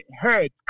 hurt